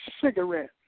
cigarette